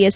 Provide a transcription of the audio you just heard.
S